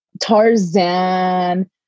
Tarzan